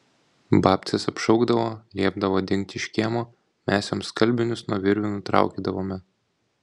babcės apšaukdavo liepdavo dingti iš kiemo mes joms skalbinius nuo virvių nutraukydavome